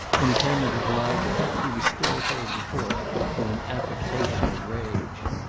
when he came into the library he was still holding forth with an affectation of rage.